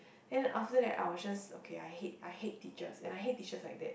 then after that I was just okay I hate I hate teachers and I hate teachers like that